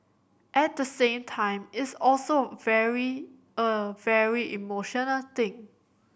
at the same time it's also very a very emotional thing